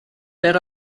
there